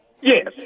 Yes